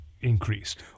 increased